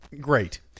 great